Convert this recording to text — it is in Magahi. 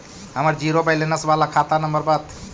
हमर जिरो वैलेनश बाला खाता नम्बर बत?